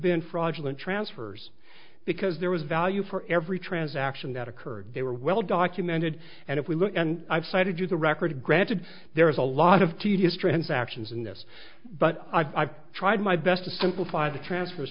been fraudulent transfers because there was value for every transaction that occurred they were well documented and if we look and i've cited you the record granted there is a lot of tedious transactions in this but i've tried my best to simplify the transfers